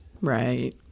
Right